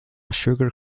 sugar